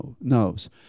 knows